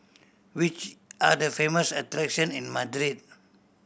which are the famous attraction in Madrid